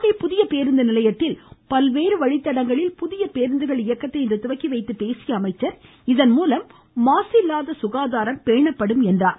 நாகை புதிய பேருந்து நிலையத்தில் பல்வேறு வழித்தடங்களில் புதிய பேருந்துகள் இயக்கத்தை இன்று துவக்கிவைத்து பேசிய அமைச்சர் இதன்மூலம் மாசில்லாத சுகாதாரம் பேணப்படும் என்றார்